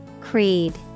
Creed